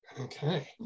Okay